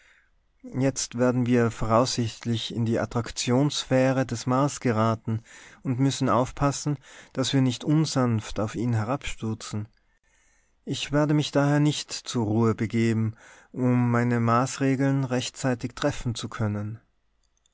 jetzt werden wir voraussichtlich in die attraktionssphäre des mars geraten und müssen aufpassen daß wir nicht unsanft auf ihn herabstürzen ich werde mich daher nicht zur ruhe begeben um meine maßregeln rechtzeitig treffen zu können